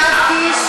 חבר הכנסת יואב קיש,